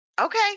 Okay